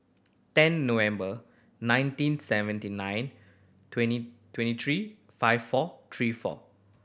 ten November nineteen seventy nine twenty twenty three five four three four